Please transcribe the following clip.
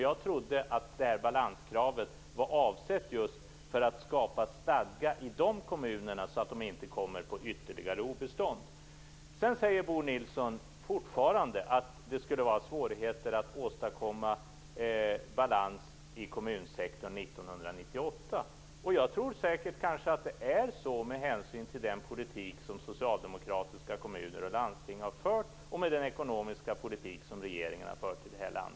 Jag trodde att balanskravet var avsett just för att skapa stadga i de kommunerna så att de inte kommer på ytterligare obestånd. Sedan säger Bo Nilsson fortfarande att det skulle vara svårigheter att åstadkomma balans i kommunsektorn år 1998. Det är kanske så med hänsyn till den politik som socialdemokratiska kommuner och landsting har fört och med den ekonomiska politik som regeringen har fört i detta land.